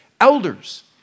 elders